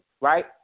right